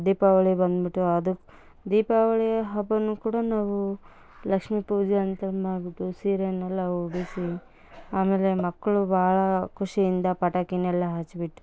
ದೀಪಾವಳಿ ಬಂದುಬಿಟ್ಟು ಅದು ದೀಪಾವಳಿ ಹಬ್ಬ ಕೂಡ ನಾವು ಲಕ್ಷ್ಮಿ ಪೂಜೆ ಅಂತ ಮಾಡಿಬಿಟ್ಟು ಸೀರೆಯನ್ನೆಲ್ಲ ಉಡಿಸಿ ಆಮೇಲೆ ಮಕ್ಕಳು ಭಾಳ ಖುಷಿಯಿಂದ ಪಟಾಕಿಯನ್ನೆಲ್ಲ ಹಚ್ಚಿ ಬಿಟ್ಟು